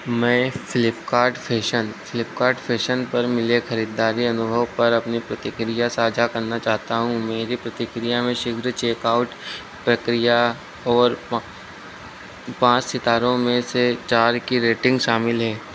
मैं Flipkart fashion Flipkart fashion पर मिले खरीदारी अनुभव पर अपनी प्रतिक्रिया साझा करना चाहता हूँ मेरी प्रतिक्रिया में शीघ्र चेकआउट प्रक्रिया और पाँच सितारों में से चार की रेटिंग शामिल है